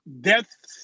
Death